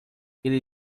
ele